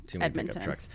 Edmonton